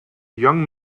young